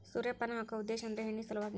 ಸೂರ್ಯಪಾನ ಹಾಕು ಉದ್ದೇಶ ಅಂದ್ರ ಎಣ್ಣಿ ಸಲವಾಗಿ